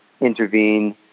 intervene